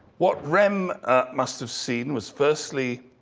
what rehm must have seen was firstly